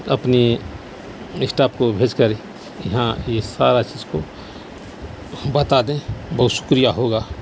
اپنے اسٹاپ کو بھیج کر یہاں یہ سارا چیز کو بتا دیں بہت شکریہ ہوگا